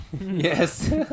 Yes